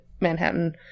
Manhattan